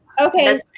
Okay